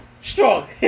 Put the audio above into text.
strong